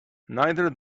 neither